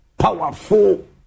powerful